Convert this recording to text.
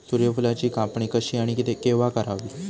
सूर्यफुलाची कापणी कशी आणि केव्हा करावी?